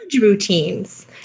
routines